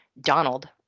donald